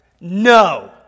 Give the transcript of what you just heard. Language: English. no